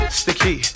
sticky